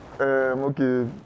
okay